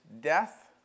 death